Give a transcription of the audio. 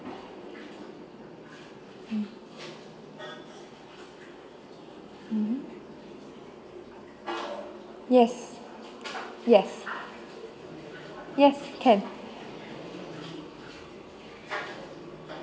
hmm mmhmm yes yes yes can